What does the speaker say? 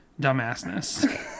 dumbassness